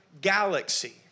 galaxy